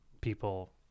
people